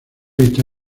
vista